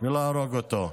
ולהרוג אותו.